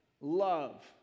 love